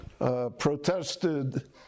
protested